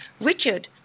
Richard